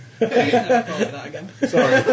sorry